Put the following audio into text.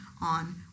on